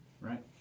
Right